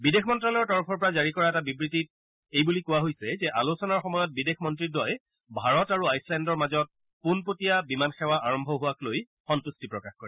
বিদেশ মন্ত্যালয়ৰ তৰফৰ পৰা জাৰি কৰা এটা বিবৃতিত এই বুলি কোৱা হৈছে যে আলোচনাৰ সময়ত বিদেশ মন্ত্ৰীদ্বয় ভাৰত আৰু আইচলেণ্ডৰ মাজত পোনপটীয়া বিমান সেৱা আৰম্ভ হোৱাক লৈ সন্তুষ্টি প্ৰকাশ কৰে